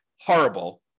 horrible